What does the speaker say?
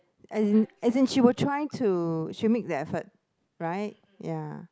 as in as in she will try to she'll make the effort right ya